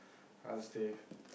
I'll stay